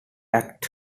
act